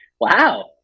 Wow